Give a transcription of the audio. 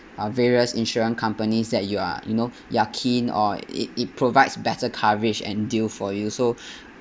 uh various insurance companies that you are you know you are keen or it it provides better coverage and deal for you so